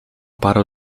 paru